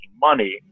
money